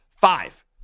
five